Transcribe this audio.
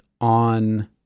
on